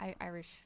Irish